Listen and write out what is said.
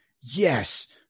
Yes